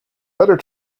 better